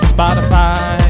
Spotify